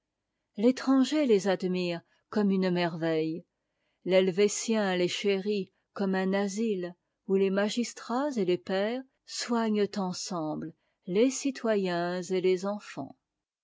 l'étranger les admire comme une merveille t'hetvétien les chérit comme un asile où les magistrats et les pères soignent ensemble les citoyens et les enfants